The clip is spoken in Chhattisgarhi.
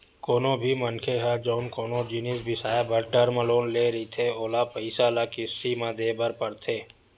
कोनो भी मनखे ह जउन कोनो जिनिस बिसाए बर टर्म लोन ले रहिथे ओला पइसा ल किस्ती म देय बर परथे